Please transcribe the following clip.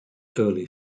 early